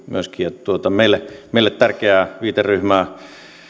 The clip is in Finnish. myöskin meille meille tärkeää viiteryhmää